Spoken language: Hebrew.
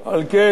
על כן,